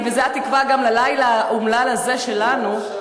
וזאת התקווה גם ללילה האומלל הזה שלנו,